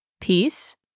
Peace